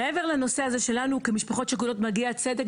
מעבר לנושא הזה שלנו כמשפחות שכולות מגיע צדק,